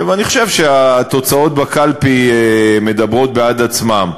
ואני חושב שהתוצאות בקלפי מדברות בעד עצמן.